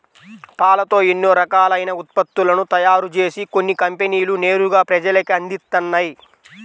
పాలతో ఎన్నో రకాలైన ఉత్పత్తులను తయారుజేసి కొన్ని కంపెనీలు నేరుగా ప్రజలకే అందిత్తన్నయ్